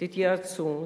תתייעצו,